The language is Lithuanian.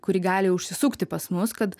kuri gali užsisukti pas mus kad